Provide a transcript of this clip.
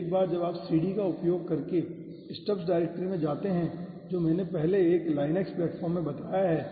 तो एक बार जब आप cd का उपयोग करके STUBS डायरेक्टरी में जाते हैं जो मैंने आपको पहले एक Linux प्लेटफॉर्म में बताया है